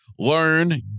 learn